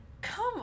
Come